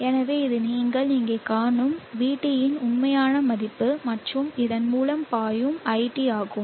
எனவே இது நீங்கள் இங்கே காணும் vT இன் உண்மையான மதிப்பு மற்றும் இதன் மூலம் பாயும் iT ஆகும்